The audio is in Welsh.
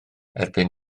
erbyn